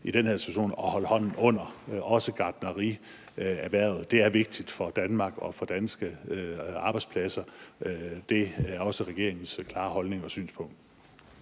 i den her situation også at holde hånden under gartnerierhvervet. Det er vigtigt for Danmark og for danske arbejdspladser. Det er også regeringens klare holdning og synspunkt.